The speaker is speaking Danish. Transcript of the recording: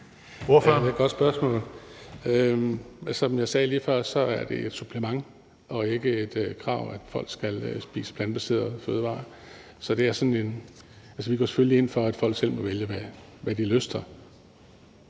Det er et godt spørgsmål. Som jeg sagde lige før, skal det ses som et supplement; det er ikke et krav, at folk skal spise plantebaserede fødevarer. Vi går selvfølgelig ind for, at folk selv må vælge, hvad de lyster.